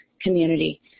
community